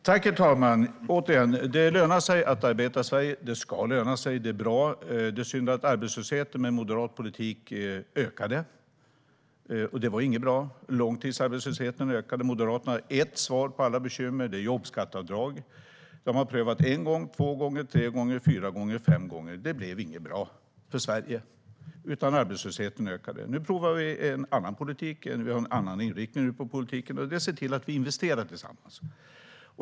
Herr talman! Jag säger det återigen: Det lönar sig att arbeta i Sverige, och det ska löna sig. Det är bra. Det är synd att arbetslösheten ökade med moderat politik. Det var inte bra. Långtidsarbetslösheten ökade. Moderaterna har ett enda svar på alla bekymmer, nämligen jobbskatteavdrag. Det har man prövat en gång, två gånger, tre gånger, fyra gånger och fem gånger. Det blev inte bra för Sverige, utan arbetslösheten ökade. Nu provar vi en annan politik. Vi har en annan inriktning på politiken som innebär att vi investerar tillsammans.